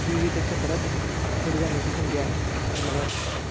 विविध क्षेत्रात पुढे जाण्याची संधी आहे असे मला वाटते